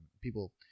people